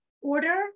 order